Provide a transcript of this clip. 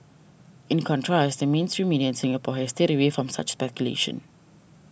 in contrast the mainstream media in Singapore has stayed away from such speculation